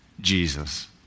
Jesus